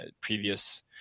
previous